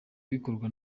bikorwa